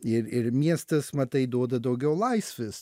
ir ir miestas matai duoda daugiau laisvės